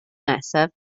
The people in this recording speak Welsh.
nesaf